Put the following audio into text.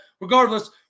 regardless